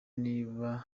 niba